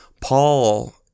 Paul